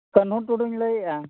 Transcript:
ᱠᱟᱹᱱᱦᱩ ᱴᱩᱰᱩᱧ ᱞᱟᱹᱭᱮᱫᱼᱟ